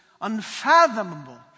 unfathomable